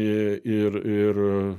ir ir